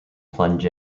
plunge